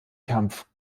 kampf